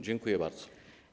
Dziękuję bardzo.